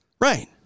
Right